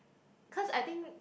because I think